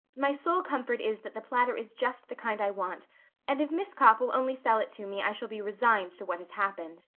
my sole comfort is that the platter is just the kind i want and if miss copp will only sell it to me i shall be resigned to what has happened.